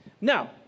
Now